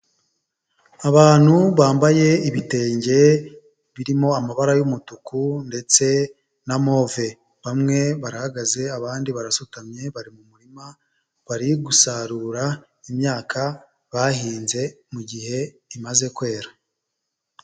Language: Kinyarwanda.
Abantu bambaye ibitenge birimo amabara y'umutuku ndetse na move. Bamwe barahagaze abandi barasutamye, bari mu murima bari gusarura imyaka bahinze mu gihe imaze kwera.